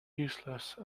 useless